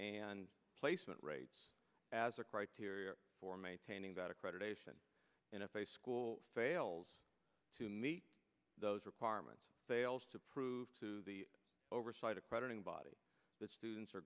and placement rates as a criteria for maintaining that accreditation and if a school fails to meet those requirements fails to prove to the oversight accrediting body that students are